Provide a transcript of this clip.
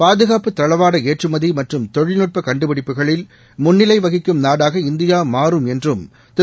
பாதுகாப்பு தளவாட ஏற்றுமதி மற்றும் தொழில்நுட்ப கண்டுபிடிப்புகளில் முன்னிலை வகிக்கும் நாடாக இந்தியா மாறும் என்றும் திரு